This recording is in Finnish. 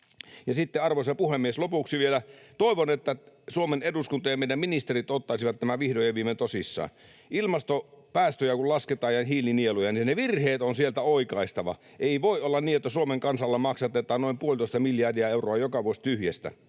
Ja sitten, arvoisa puhemies, lopuksi vielä: Toivon, että Suomen eduskunta ja meidän ministerit ottaisivat tämän vihdoin ja viimein tosissaan. Kun ilmastopäästöjä ja hiilinieluja lasketaan, niin ne virheet on sieltä oikaistava. Ei voi olla niin, että Suomen kansalla maksatetaan noin puolitoista miljardia euroa joka vuosi tyhjästä.